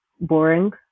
boring